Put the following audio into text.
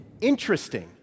interesting